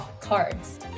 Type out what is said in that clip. cards